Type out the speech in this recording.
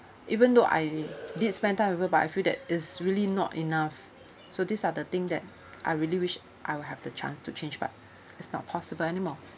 even though I did spend time with her but I feel that is really not enough so these are the thing that I really wish I will have the chance to change but it's not possible anymore